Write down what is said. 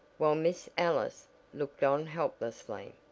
while miss ellis looked on helplessly.